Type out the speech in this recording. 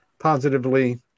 Positively